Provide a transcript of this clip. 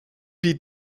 die